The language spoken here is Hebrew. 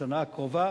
בשנה הקרובה